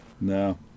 No